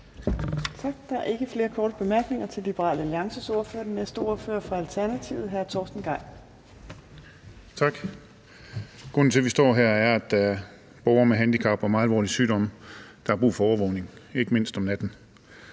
Der er ikke flere korte bemærkninger til Liberal Alliances ordfører. Den næste ordfører er fra Alternativet, og det er hr. Torsten Gejl. Kl. 16:03 (Ordfører) Torsten Gejl (ALT): Tak. Grunden til, at vi står her, er, at der er borgere med handicap og meget alvorlige sygdomme, der har brug for overvågning, ikke mindst om natten.